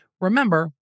Remember